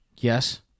Yes